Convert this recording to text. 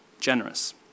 generous